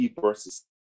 versus